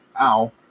Ow